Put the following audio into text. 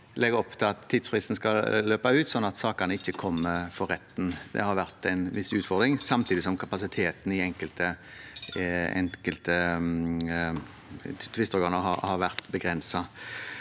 en legger opp til at tidsfristen skal løpe ut, slik at sakene ikke kommer for retten. Det har vært en viss utfordring, samtidig som kapasiteten i enkelte tvisteorganer har vært begrenset.